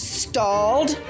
stalled